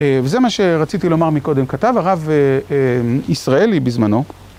וזה מה שרציתי לומר מקודם, כתב הרב ישראלי בזמנו.